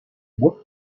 whip